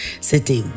c'était